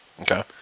Okay